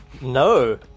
no